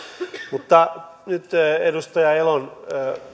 mutta nyt edustaja elon